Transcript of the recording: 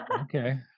Okay